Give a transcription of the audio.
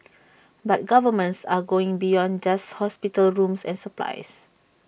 but governments are going beyond just hospital rooms and supplies